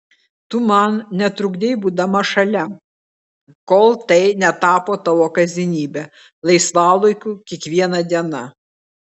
tu man netrukdei būdama šalia kol tai netapo tavo kasdienybe laisvalaikiu kiekviena diena